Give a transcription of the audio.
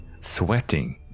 Sweating